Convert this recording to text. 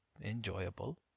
enjoyable